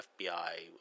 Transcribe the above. FBI